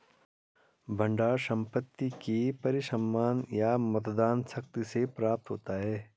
भंडार संपत्ति के परिसमापन या मतदान शक्ति से प्राप्त होता है